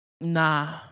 Nah